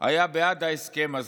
היה בעד ההסכם הזה.